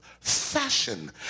fashion